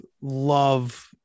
love